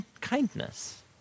Kindness